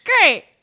great